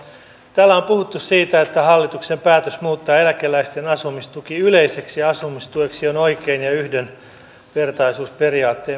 täällä on puhuttu siitä että hallituksen päätös muuttaa eläkeläisten asumistuki yleiseksi asumistueksi on oikein ja yhdenvertaisuusperiaatteen mukainen